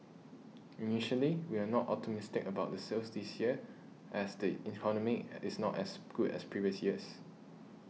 initially we were not optimistic about the sales this year as the economy is not as good as previous years